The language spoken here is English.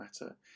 matter